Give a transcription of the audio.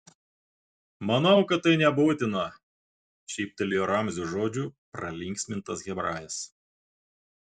manau kad tai nebūtina šyptelėjo ramzio žodžių pralinksmintas hebrajas